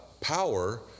power